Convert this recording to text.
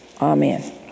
Amen